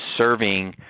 serving